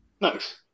nice